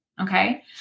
okay